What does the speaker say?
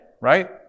Right